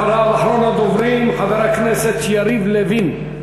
ואחריו, אחרון הדוברים, חבר הכנסת יריב לוין.